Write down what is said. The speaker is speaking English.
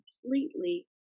completely